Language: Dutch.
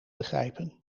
begrijpen